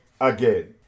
again